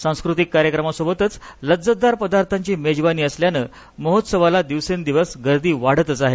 सांस्कृतिक कार्यक्रमासोबतच लज्जतदार पदार्थांची मेजवानी असल्यानं महोत्सवाला दिवसेंदिवस गर्दी वाढतच आहे